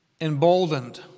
emboldened